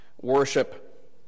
worship